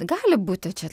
gali būti čia